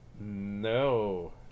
No